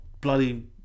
bloody